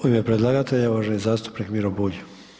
U ime predlagatelja uvaženi zastupnik Miro Bulj.